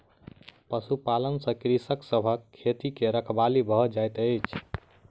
पशुपालन से कृषक सभ के खेती के रखवाली भ जाइत अछि